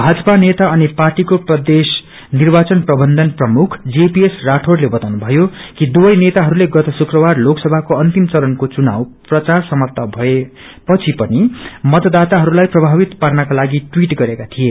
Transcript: भाजपा नेता अनि पार्टीको प्रदेश निवाचन प्रबन्धन प्रमुख जेपीएस राठौंड़ले बताउनुषयो कि दुवै नेताहरूले गत शुक्रबार लोकसभाको अन्तिम चरण्को चुनाव प्रचार समाप्त भएपछि पनि मतदाताहरूलाई प्रभावित पार्नका लागि अवीट गरेका थिए